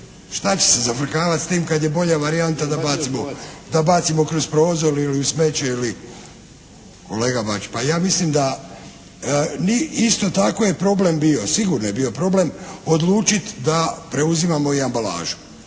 šta će se zafrkavati s tim kad je bolja varijanta da bacimo, da bacimo kroz prozor ili u smeće ili? Kolega Bačić pa ja mislim ni, isto tako je problem bio, sigurno je bio problem odlučiti da preuzimamo i ambalažu.